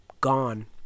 gone